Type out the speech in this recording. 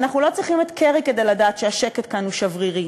אנחנו לא צריכים את קרי כדי לדעת שהשקט כאן הוא שברירי,